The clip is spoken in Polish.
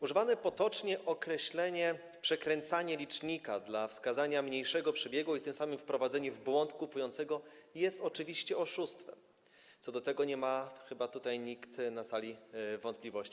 Używane potocznie określenie „przekręcanie licznika” dla wskazania mniejszego przebiegu i tym samym wprowadzenia w błąd kupującego jest oczywiście oszustwem, co do tego nie ma chyba nikt na tej sali wątpliwości.